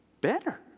better